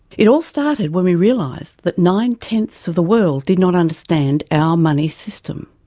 it all started when we realised that nine-tenths of the world did not understand our money system.